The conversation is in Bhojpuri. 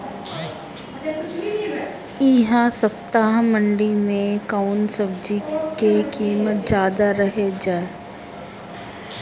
एह सप्ताह मंडी में कउन सब्जी के कीमत ज्यादा रहे?